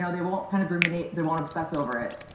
so they won't kind of ruminate. they won't obsess over it.